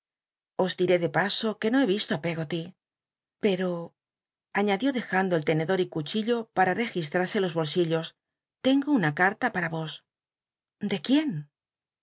dité de paso que no he visto i pcggoly pero añadió dejando el tenedor y cuchillo j tua t cgisl ai'sc los bolsillos tengo una c uta p wa os de quién